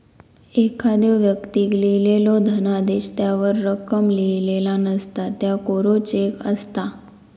एखाद्दो व्यक्तीक लिहिलेलो धनादेश त्यावर रक्कम लिहिलेला नसता, त्यो कोरो चेक असता